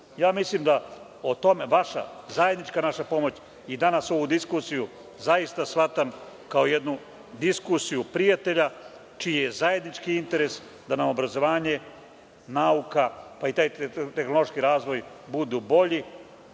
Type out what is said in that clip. da naša zajednička pomoć i danas ovu diskusiju zaista shvatam kao jednu diskusiju prijatelja, čiji je zajednički interes da nam obrazovanje, nauka i tehnološki razvoj budu bolji,